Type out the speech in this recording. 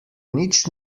nič